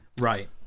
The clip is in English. Right